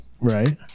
right